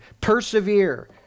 Persevere